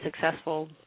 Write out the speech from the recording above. successful